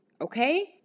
okay